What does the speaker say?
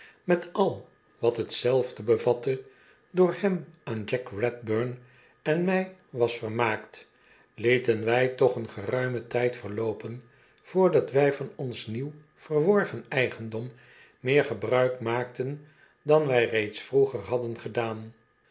met al wat hetzelve bevatte door hem aan jack redburn en mij was vermaakt lieten wy toch een geruimen tijd verloopen voordat wy van ons nieuw verworven eigendom meer gebruik maakten dan wy reeds vroeger hadden gedaan